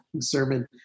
sermon